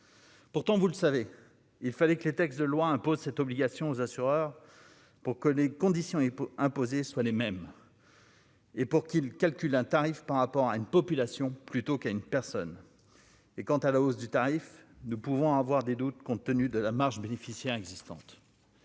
Pourtant, vous le savez, il fallait que les textes de loi impose cette obligation aux assureurs pour que les conditions et pour imposer soient les mêmes. Et pour qu'il le calcule un tarif par rapport à une population plutôt qu'à une personne, et quant à la hausse du tarif, nous pouvons avoir des doutes, compte tenu de la marge bénéficiaire existante,